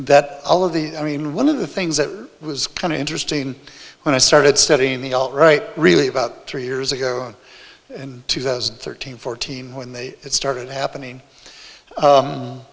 that all of the i mean one of the things that was kind of interesting when i started studying the all right really about three years ago and two thousand and thirteen fourteen when they started happening